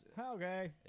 Okay